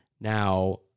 Now